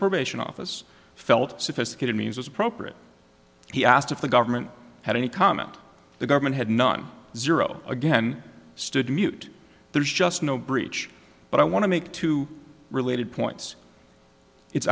probation office felt sophisticated means was appropriate he asked if the government had any comment the government had none zero again stood mute there's just no breach but i want to make two related points it's